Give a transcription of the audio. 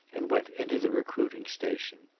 and went into the recruiting station.